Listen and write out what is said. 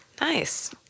Nice